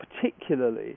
particularly